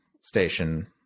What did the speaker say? station